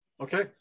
Okay